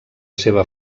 seva